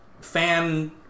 fan